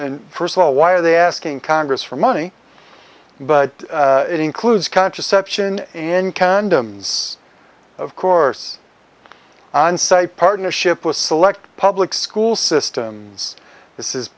and first of all why are they asking congress for money but it includes contraception and condoms of course on site partnership with select public school systems this is